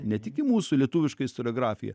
netiki mūsų lietuviška istoriografija